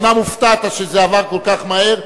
אומנם הופתעת שזה עבר כל כך מהר.